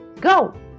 Go